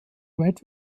red